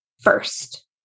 first